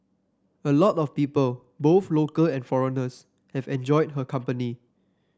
a lot of people both local and foreigners have enjoyed her company